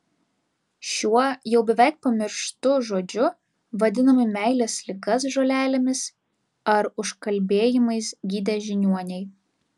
šiuo jau beveik pamirštu žodžiu vadinami meilės ligas žolelėmis ar užkalbėjimais gydę žiniuoniai